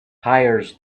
hires